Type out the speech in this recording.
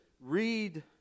read